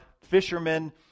fishermen